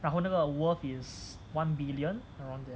然后那个 worth is one billion around there